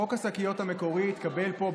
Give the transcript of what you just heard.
חוק השקיות המקורי התקבל פה,